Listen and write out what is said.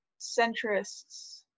centrists